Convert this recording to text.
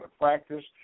practice